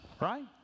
right